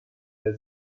der